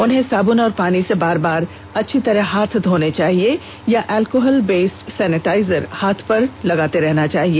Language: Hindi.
उन्हें साबून और पानी से बार बार अच्छी तरह हाथ धोने चाहिए या अल्कोहल बेस्ड सेनीटाइजर हाथ पर लगाते रहना चाहिए